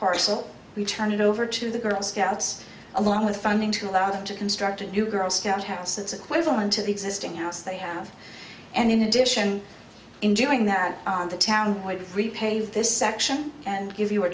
parcel we turn it over to the girl scouts along with funding to allow them to construct a new girl scout house that's equivalent to the existing house they have and in addition in doing that the town repave this section and give you